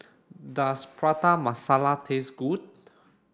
does Prata Masala taste good